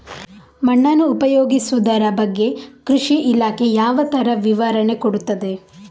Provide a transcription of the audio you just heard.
ಮಣ್ಣನ್ನು ಉಪಯೋಗಿಸುದರ ಬಗ್ಗೆ ಕೃಷಿ ಇಲಾಖೆ ಯಾವ ತರ ವಿವರಣೆ ಕೊಡುತ್ತದೆ?